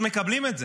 מקבלים את זה?